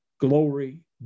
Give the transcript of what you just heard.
Glory